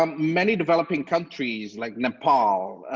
um many developing countries like nepal,